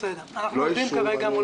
מוכן להציג דוגמה.